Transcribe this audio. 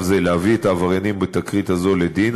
זה להביא את העבריינים בתקרית הזו לדין,